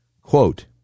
Quote